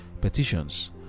Petitions